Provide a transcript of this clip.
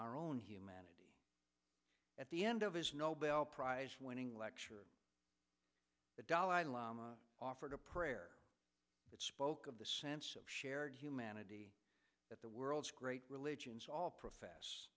our own humanity at the end of his nobel prize winning lecture the dalai lama offered a prayer that spoke of the sense of shared humanity that the world's great religions all profess